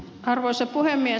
arvoisa puhemies